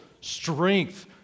strength